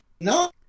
No